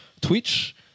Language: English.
Twitch